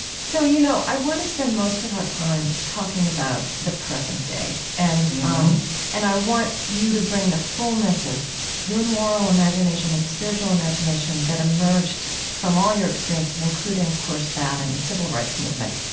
so, you know i want to spend most of our time talking about the present day. and um and i want you to bring the fullness of your moral imagination and spiritual imagination that emerged from all your experiences, including, of course, that and the civil rights movement.